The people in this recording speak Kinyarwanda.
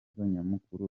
nyamukuru